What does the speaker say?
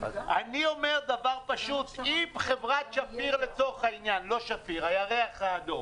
אני אומר דבר פשוט: אם חברת "הירח האדום"